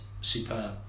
superb